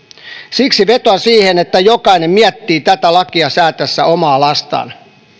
siksi vetoan siihen että jokainen miettii tätä lakia säätäessään omaa lastaan